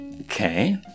Okay